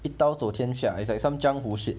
一刀佐天下 it's like 江湖 shit